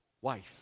Wife